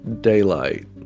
daylight